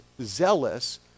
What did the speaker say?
zealous